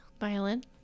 Violin